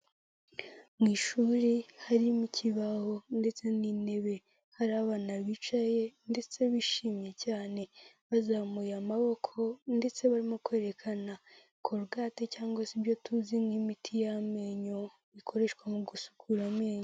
Mu ishuri harimo ikibaho ndetse n'intebe hari abana bicaye ndetse bishimye cyane, bazamuye amaboko ndetse barimo kwerekana korogate cyangwa se ibyo tuzi nk'imiti y'amenyo bikoreshwa mu gusukura amenyo.